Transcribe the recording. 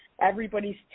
everybody's